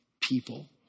people